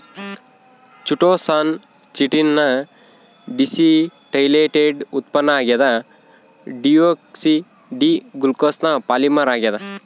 chitosan chitin ನ deacetylated ಉತ್ಪನ್ನ ಆಗ್ಯದ ಡಿಯೋಕ್ಸಿ ಡಿ ಗ್ಲೂಕೋಸ್ನ ಪಾಲಿಮರ್ ಆಗ್ಯಾದ